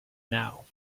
now